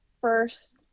first